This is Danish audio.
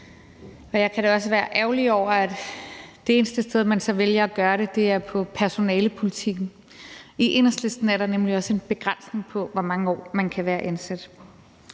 jeg kan da også være ærgerlig over, at det eneste sted, man så vælger at gøre det, er på personalepolitikken. I Enhedslisten er der nemlig også en begrænsning på, hvor mange år man kan være ansat.